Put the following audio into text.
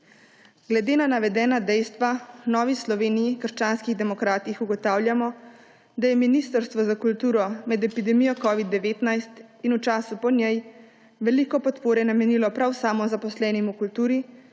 Glede na navedena dejstva v Novi Sloveniji – krščanski demokrati ugotavljamo, da je Ministrstvo za kulturo med epidemijo covida-19 in v času po njej veliko podpore namenilo prav samozaposlenim v kulturi,